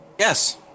Yes